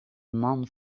man